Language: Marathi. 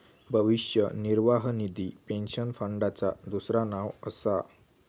भविष्य निर्वाह निधी पेन्शन फंडाचा दुसरा नाव असा